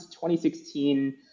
2016